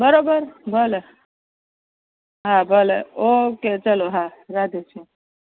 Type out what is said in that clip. બરાબર ભલે હા ભલે ઓકે ચાલો હા હા રાધે શ્યામ